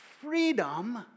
freedom